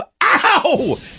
ow